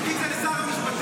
תגיד את זה לשר המשפטים,